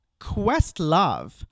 Questlove